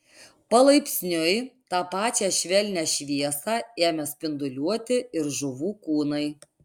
palaipsniui tą pačią švelnią šviesą ėmė spinduliuoti ir žuvų kūnai